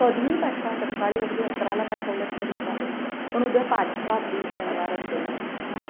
कधीही पाठवा सकाळी अगदी अकराला पाठवलंत तरी चालेल पण उद्या पाठवा प्लीज शनिवार असेल तरी हं